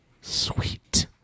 Sweet